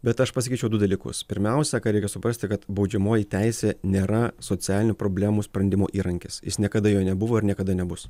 bet aš pasakyčiau du dalykus pirmiausia ką reikia suprasti kad baudžiamoji teisė nėra socialinių problemų sprendimo įrankis jis niekada juo nebuvo ir niekada nebus